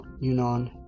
Yunnan